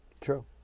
True